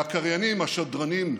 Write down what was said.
והקריינים, השדרנים,